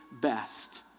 best